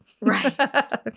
Right